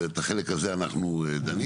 ואת החלק הזה אנחנו דנים.